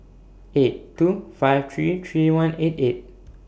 eight two five three three one eight eight